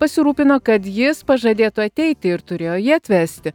pasirūpino kad jis pažadėtų ateiti ir turėjo jį atvesti